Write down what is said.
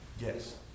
Yes